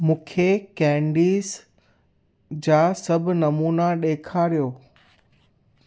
मूंखे केंडीज़ जा सभु नमूना ॾेखारियो